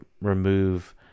remove